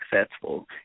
successful